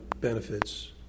benefits